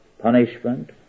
punishment